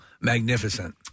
magnificent